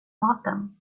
maten